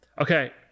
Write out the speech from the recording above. Okay